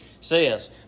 says